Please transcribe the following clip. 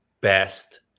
best